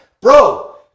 bro